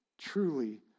truly